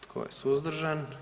Tko je suzdržan?